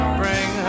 bring